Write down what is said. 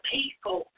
people